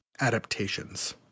adaptations